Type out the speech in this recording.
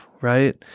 right